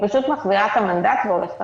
מחזירה את המנדט והולכת הביתה.